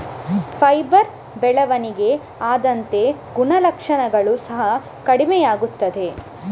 fibre ಬೆಳವಣಿಗೆ ಆದಂತೆ ಗುಣಲಕ್ಷಣಗಳು ಸಹ ಕಡಿಮೆಯಾಗುತ್ತವೆ